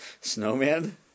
Snowman